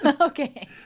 Okay